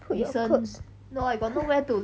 put your clothes